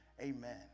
amen